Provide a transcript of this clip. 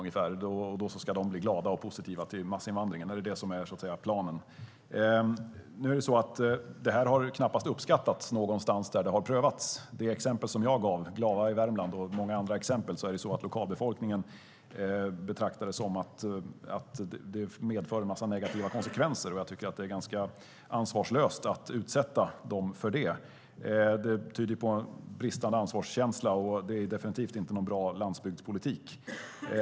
Då ska lokalinvånarna bli glada och positiva till massinvandringen. Är det detta som är planen? Detta har knappast uppskattats någonstans där det har prövats. När det gäller det exempel som jag gav, Glava i Värmland, och många andra anser lokalbefolkningen att det medför en massa negativa konsekvenser. Jag tycker därför att det är ganska ansvarslöst att utsätta dessa människor för det. Det tyder på en bristande ansvarskänsla, och det är definitivt inte någon bra landsbygdspolitik.